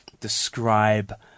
describe